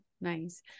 nice